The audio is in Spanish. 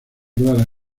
clara